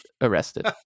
arrested